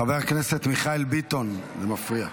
חבר הכנסת מיכאל ביטון, זה מפריע.